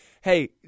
hey